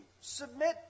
submit